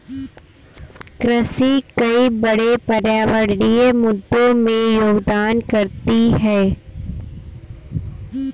कृषि कई बड़े पर्यावरणीय मुद्दों में योगदान करती है